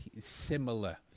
similar